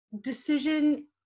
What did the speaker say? decision